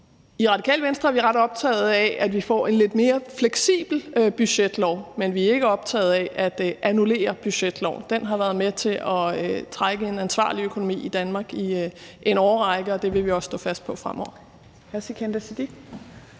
I Radikale Venstre er vi ret optaget af, at vi får en lidt mere fleksibel budgetlov, men vi er ikke optaget af at annullere budgetloven. Den har været med til at sikre en ansvarlig økonomi i Danmark i en årrække, og det vil vi også stå fast på fremover.